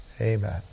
Amen